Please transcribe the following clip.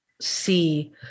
see